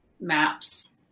Maps